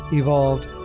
evolved